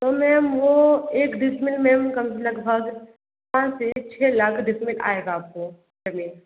तो मेम वो एक डिसमिल मेम कम से लगभग पाँच से छः लाख डिसमिल में आएगा आपको